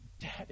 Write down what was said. Daddy